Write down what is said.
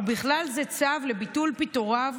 ובכלל זה צו לביטול פיטוריו,